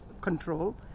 control